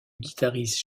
guitariste